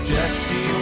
Jesse